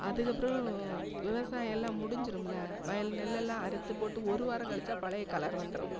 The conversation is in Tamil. அதுக்கப்புறோம் விவசாயம் எல்லாம் முடிஞ்சிரும்ல வயல் நெல்லெல்லாம் அறுத்துப்போட்டு ஒரு வாரம் கழிச்சா பழைய கலர் வந்துரும்